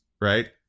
right